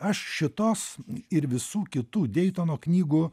aš šitos ir visų kitų deitono knygų